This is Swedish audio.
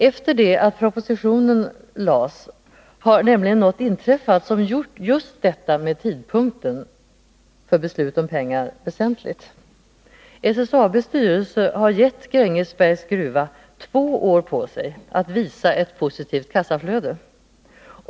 Efter det att propositionen framlades har något inträffat som gjort just detta med tidpunkten för beslut om pengar väsentligt. SSAB:s styrelse har gett Grängesbergs gruva två år på sig att visa ett positivt kassaflöde.